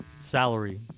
salary